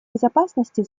безопасности